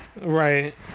Right